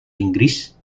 inggris